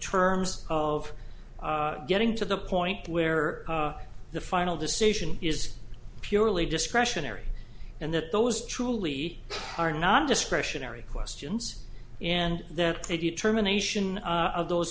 terms of getting to the point where the final decision is purely discretionary and that those truly are not discretionary questions and that the determination of those